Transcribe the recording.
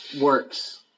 works